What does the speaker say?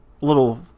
little